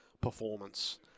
performance